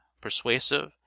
persuasive